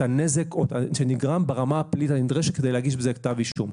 הנזק שנגרם ברמה הפלילית הנדרשת כדי להגיש כתב אישום.